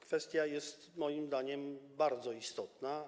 Kwestia jest moim zdaniem bardzo istotna.